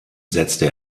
setzte